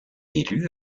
élus